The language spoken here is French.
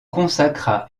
consacra